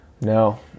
no